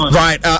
right